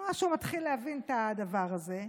אני רואה שהוא מתחיל להבין את הדבר הזה,